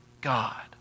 God